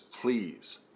please